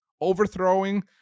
overthrowing